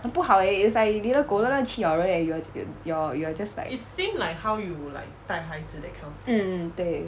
很不好 eh it's like 你的狗乱乱去咬人 leh you're you're you're just like mm 对